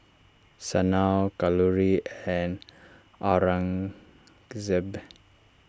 Sanal Kalluri and Aurangzeb